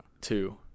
two